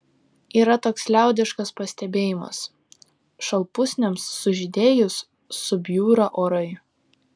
yra toks liaudiškas pastebėjimas šalpusniams sužydėjus subjūra orai